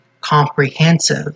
comprehensive